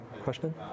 question